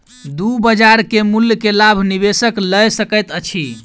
दू बजार के मूल्य के लाभ निवेशक लय सकैत अछि